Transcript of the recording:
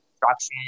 construction